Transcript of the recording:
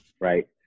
right